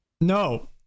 No